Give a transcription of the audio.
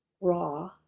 raw